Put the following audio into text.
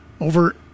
over